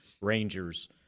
Rangers